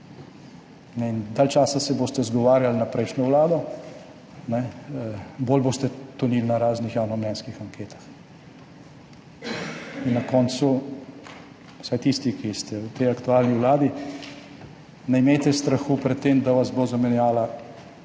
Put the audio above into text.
Dalj časa se boste izgovarjali na prejšnjo vlado, bolj boste tonili na raznih javnomnenjskih anketah. In na koncu, vsaj tisti, ki ste v tej aktualni vladi, ne imejte strahu pred tem, da vas bo zamenjala